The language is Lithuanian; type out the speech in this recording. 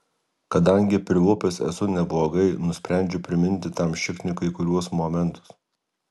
kadangi prilupęs esu neblogai nusprendžiu priminti tam šikniui kai kuriuos momentus